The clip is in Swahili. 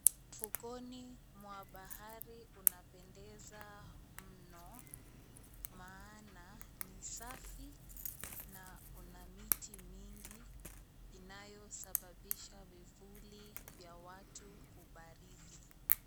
Ufukweni mwa bahari unapendeza mno, maana ni safi na una miti mingi inayosababisha vivuli vya watu kubarizi.